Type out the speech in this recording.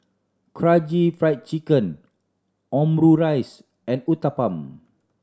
Karaage Fried Chicken Omurice and Uthapam